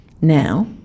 now